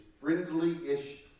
friendly-ish